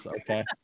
Okay